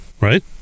right